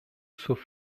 sauf